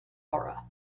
aura